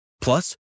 Plus